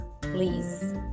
please